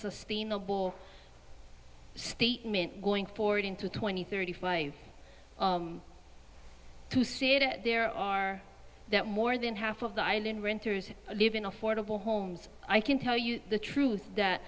sustainable statement going forward into twenty thirty five to see it there are that more than half of the island renters live in affordable homes i can tell you the truth that